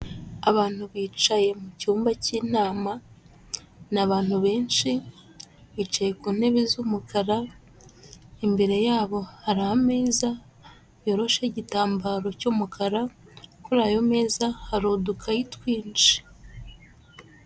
Abantu bicaye mu cyumba cy'inama, ni abantu benshi bicaye ku ntebe z'umukara imbere yabo hari ameza yorosheho igitambaro cy'umukara, kuri ayo meza hari udukayi twinshi.